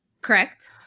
correct